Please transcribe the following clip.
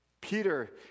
Peter